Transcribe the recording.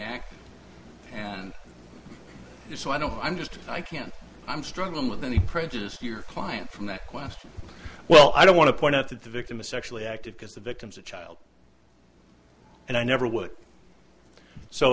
active and so i don't know i'm just i can't i'm struggling with any prejudice here client from that question well i don't want to point out that the victim is sexually active because the victim's a child and i never would so